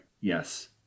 yes